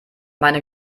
meine